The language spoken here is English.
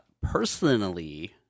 Personally